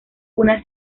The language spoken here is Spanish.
una